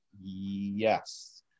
yes